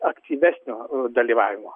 aktyvesnio dalyvavimo